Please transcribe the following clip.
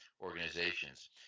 organizations